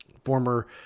former